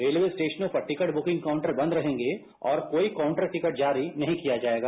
railway स्टेशनों पर ticket booking counter बंद रहेंगे और कोई काउंटर टिकट जारी नहीं किया जाएगा